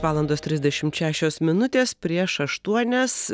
valandos trisdešimt šešios minutės prieš aštuonias